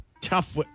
tough